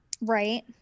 right